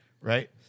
Right